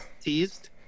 teased